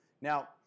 Now